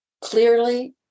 clearly